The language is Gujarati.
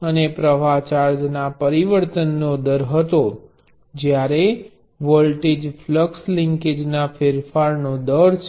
અને પ્ર્વાહ ચાર્જના પરિવર્તનનો દર હતો જ્યારે વોલ્ટેજ ફ્લક્સ લિન્કેજના ફેરફારનો દર છે